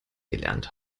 gelernt